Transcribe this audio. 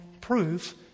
proof